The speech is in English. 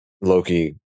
Loki